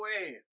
away